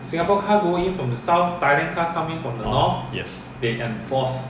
orh yes